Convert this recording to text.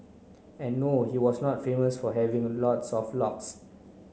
and no he was not famous for having a lots of locks